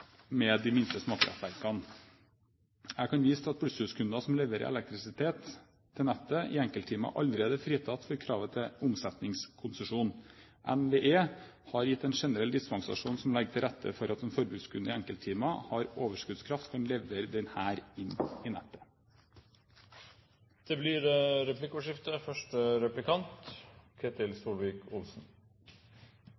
med de minste småkraftverkene. Jeg kan vise til at plusshuskunder som leverer elektrisitet til nettet i enkelttimer, allerede er fritatt for kravet til omsetningskonsesjon. NVE har gitt en generell dispensasjon som legger til rette for at en forbrukskunde som i enkelttimer har overskuddskraft, kan levere denne inn i nettet. Det blir replikkordskifte.